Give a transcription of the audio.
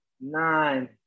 nine